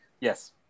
Yes